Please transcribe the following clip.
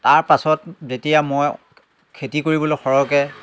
তাৰপাছত যেতিয়া মই খেতি কৰিবলৈ সৰহকৈ